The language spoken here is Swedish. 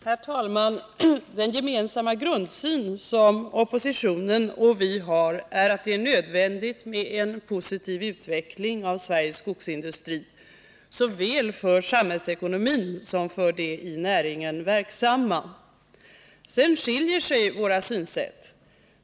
Herr talman! Den gemensamma grundsyn som oppositionen och vi har är att det är nödvändigt med en positiv utveckling av Sveriges skogsindustri såväl för samhällsekonomin som för de i näringen verksamma. Sedan skiljer sig våra synsätt.